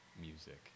music